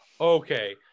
Okay